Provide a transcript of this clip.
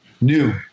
New